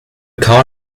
car